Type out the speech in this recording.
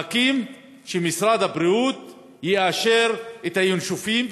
מחכים שמשרד הבריאות יאשר את ה"ינשופים",